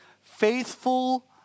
faithful